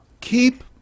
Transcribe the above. Keep